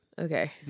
Okay